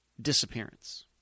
disappearance